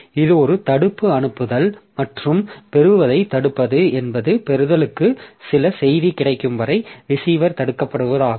இது ஒரு தடுப்பு அனுப்புதல் மற்றும் பெறுவதைத் தடுப்பது என்பது பெறுதலுக்கு சில செய்தி கிடைக்கும் வரை ரிசீவர் தடுக்கப்படுவதாகும்